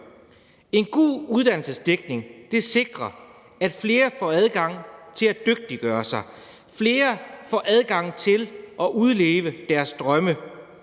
En god uddannelsesdækning sikrer, at flere får adgang til at dygtiggøre sig, at flere får adgang til at udleve deres drømme,